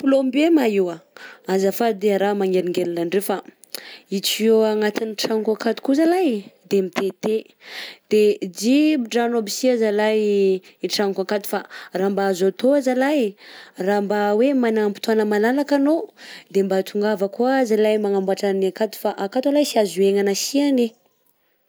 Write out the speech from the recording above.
Plombier ma io? _x000D_ Azafady raha magnelingelina andreo fa i tuyau agnatin'ny tragnoko akato koa zalah de mitete de jibo-drano aby si ah zalahy tragnoko akato, raha mba azo atao zalahy e, raha mba hoe manam-potoagna malalaka anao de mba tongava koa zalahy magnambotra ny akato fa akato ah lay sy azo iainana si ane.